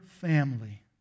family